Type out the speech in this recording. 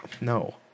No